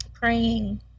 praying